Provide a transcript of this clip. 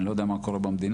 אני לא יודע מה קורה במדינה,